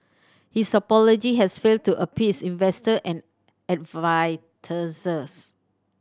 his apology has failed to appease investor and